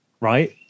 right